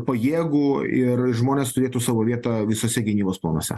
pajėgų ir žmonės turėtų savo vietą visose gynybos planuose